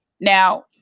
now